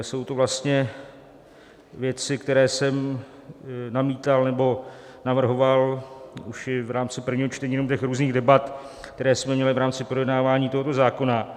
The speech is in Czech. Jsou to vlastně věci, které jsem namítal nebo navrhoval už i v rámci prvního čtení, jenom těch různých debat, které jsme měli v rámci projednávání tohoto zákona.